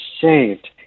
saved